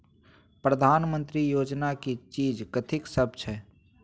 प्रधानमंत्री योजना की चीज कथि सब?